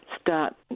start